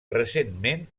recentment